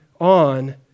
on